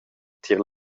tier